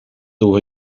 door